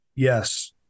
Yes